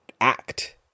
act